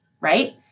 right